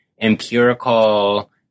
empirical